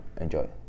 Enjoy